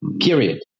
Period